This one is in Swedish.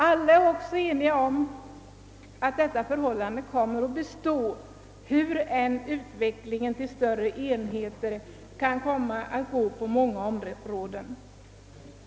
Alla är också eniga om att detta förhållande kommer att bestå, hur än utvecklingen till större enheter kan komma att gestalta sig på många områden.